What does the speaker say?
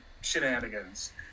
shenanigans